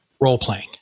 role-playing